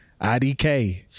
IDK